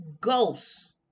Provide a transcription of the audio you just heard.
ghosts